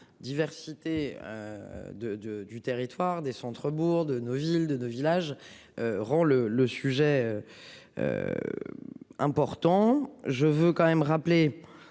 diversité. De de du territoire des centre-bourgs de nos villes de de villages. Rend le le sujet. Important je veux quand même rappeler.